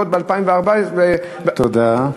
בעוד 2024. תודה.